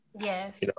yes